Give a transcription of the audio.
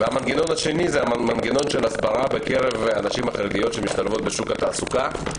המנגנון השני הוא של הסברה בקרב הנשים החרדיות שמשתלבות בשוק התעסוקה.